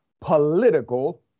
political